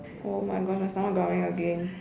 oh my gosh my stomach growling again